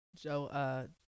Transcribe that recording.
Joe